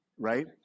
Right